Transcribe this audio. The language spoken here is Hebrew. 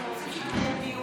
כי אנחנו רוצים שיהיה דיון.